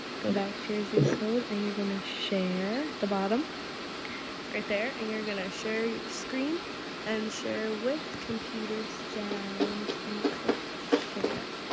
go back to your zoom code, and you're gonna share at the bottom right there. and you're gonna share your screen and share with computer sounds and click share.